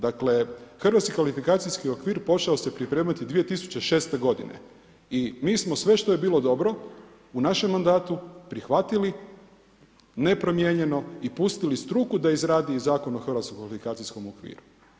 Dakle Hrvatski kvalifikacijski okvir pošao se pripremati 2006. godine i mi smo sve što je bilo dobro u našem mandatu prihvatili nepromijenjeno i pustili struku da izradi Zakon o Hrvatskom kvalifikacijskom okviru.